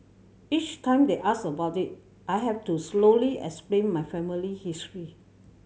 each time they ask about it I have to slowly explain my family history